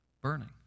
burning